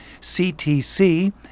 ctc